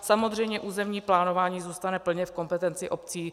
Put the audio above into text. Samozřejmě územní plánování zůstane plně v kompetenci obcí.